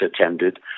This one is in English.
attended